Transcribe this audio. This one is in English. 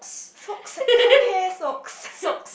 socks come here socks